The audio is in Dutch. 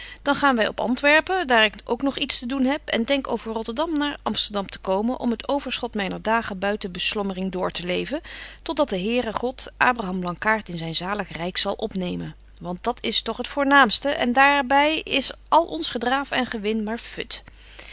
dan gaan wy op antwerpen daar ik ook nog iets te doen heb en denk over rotterdam naar amsterdam te komen om het overschot myner dagen buiten beslommering door te leven tot dat de here god abraham blankaart in zyn zalig ryk zal opnemen want dat is toch het voornaamste en daar by is al ons gedraaf en gewin maar fut